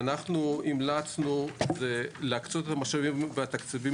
המלצנו להקצות את המשאבים בתקציבים